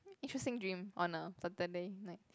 interesting dream on a Saturday night